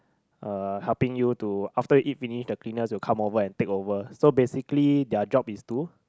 uh helping you to after you eat finish the cleaners will come over and take over so basically their job it to